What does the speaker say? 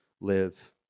live